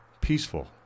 peaceful